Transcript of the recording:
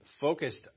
focused